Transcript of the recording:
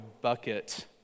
bucket